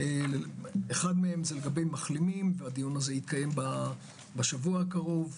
אחת מהן לגבי מחלימים והדיון הזה יתקיים בשבוע הקרוב.